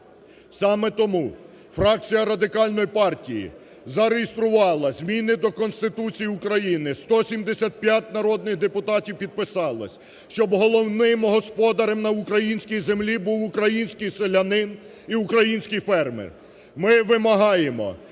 Саме тому фракція Радикальної партії зареєструвала зміни до Конституції України, 175 народних депутатів підписались, щоб головним господарем на українській землі був український селянин і український фермер.